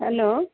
hello